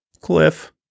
Cliff